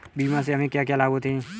बीमा से हमे क्या क्या लाभ होते हैं?